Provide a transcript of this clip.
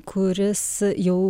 kuris jau